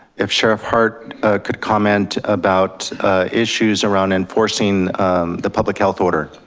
if sheriff hart could comment about issues around enforcing the public health order.